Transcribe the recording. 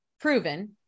proven